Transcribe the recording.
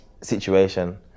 situation